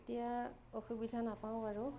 এতিয়া অসুবিধা নাপাওঁ আৰু